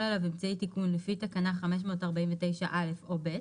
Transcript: עליו אמצעי תיקון לפי תקנה 549(א) או (ב)